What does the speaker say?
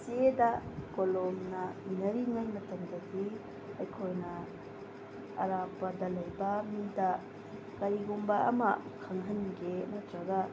ꯆꯦꯗ ꯀꯣꯂꯣꯝꯅ ꯏꯅꯔꯤꯉꯩ ꯃꯇꯝꯗꯗꯤ ꯑꯩꯈꯣꯏꯅ ꯑꯔꯥꯞꯄꯗ ꯂꯩꯕ ꯃꯤꯗ ꯀꯔꯤꯒꯨꯝꯕ ꯑꯃ ꯈꯪꯍꯟꯒꯦ ꯅꯠꯇ꯭ꯔꯒ